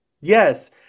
yes